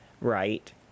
right